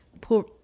poor